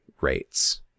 rates